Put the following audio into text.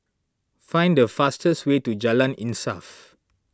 find the fastest way to Jalan Insaf